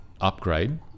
Upgrade